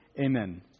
Amen